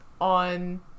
on